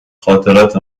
خاطرات